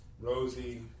Rosie